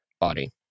body